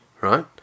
right